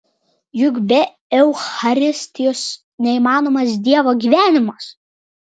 juk be eucharistijos neįmanomas dievo gyvenimas